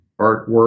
artwork